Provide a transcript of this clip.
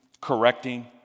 correcting